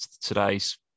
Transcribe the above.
today's